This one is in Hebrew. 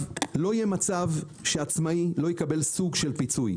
לא יהיה מצב שעצמאי לא יקבל סוג של פיצוי.